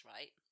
Right